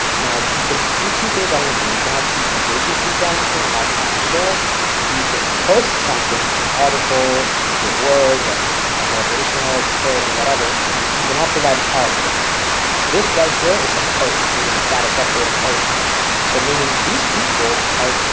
now you can do two things on linkedin you can obviously engage with people on linkedin like comment share you can post something an article your words of motivational quote or whatever and you can also write an article this right here is a post meaning a status update a post so meaning these people are.